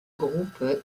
groupe